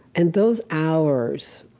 and those hours,